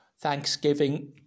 Thanksgiving